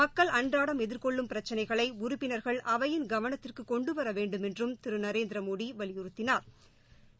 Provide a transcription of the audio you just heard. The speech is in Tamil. மக்கள் அன்றாடம் எதிர்கொள்ளும் பிரச்சினைகளை உறுப்பினர்கள் அவையின் கவனத்திற்கு கொண்டுவர வேண்டுமென்றும் திரு நரேந்திரமோடி வலியுறுத்தினாா்